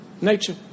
Nature